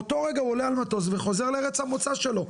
באותו רגע הוא עולה למטוס וחוזר לארץ המוצא שלו,